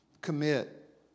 Commit